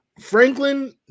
franklin